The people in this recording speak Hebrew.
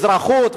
אזרחות,